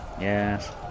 Yes